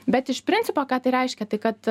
bet iš principo ką tai reiškia tai kad